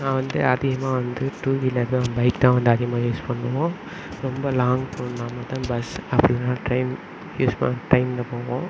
நான் வந்து அதிகமாக வந்து டூ வீலர் தான் பைக் தான் வந்து அதிகமாக யூஸ் பண்ணுவோம் ரொம்ப லாங் போகணுன்னா மட்டும் பஸ் அப்படி இல்லைனா ட்ரெயின் யூஸ் ட்ரெயினில் போவோம்